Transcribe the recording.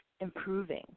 improving